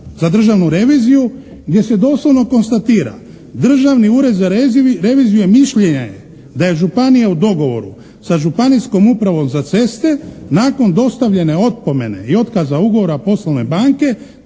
za državnu reviziju gdje se doslovno konstatira: Državni ured za reviziju mišljenja je da je županija u dogovoru sa županijskom upravom za ceste nakon dostavljene opomene i otkaza ugovora poslovne banke